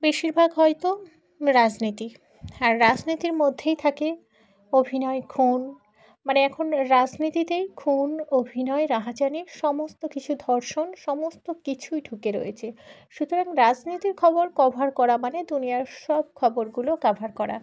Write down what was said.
বেশিরভাগ হয়তো রাজনীতি আর রাজনীতির মধ্যেই থাকে অভিনয় খুন মানে এখন রাজনীতিতেই খুন অভিনয় রাহাজানি সমস্ত কিছু ধর্ষণ সমস্ত কিছুই ঢুকে রয়েছে সুতরাং রাজনীতির খবর কভার করা মানে দুনিয়ার সব খবরগুলো কভার করা